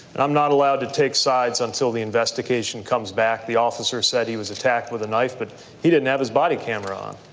and i'm not allowed to take sides until the investigation comes back. the officer said he was attacked with a knife, but he didn't have his body camera on.